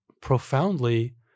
profoundly